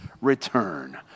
return